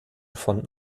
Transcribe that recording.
von